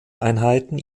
einheiten